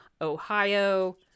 Ohio